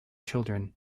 children